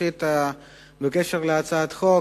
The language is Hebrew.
ראשית בקשר להצעת החוק,